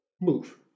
move